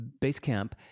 Basecamp